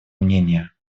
мнения